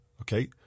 Okay